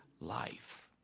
life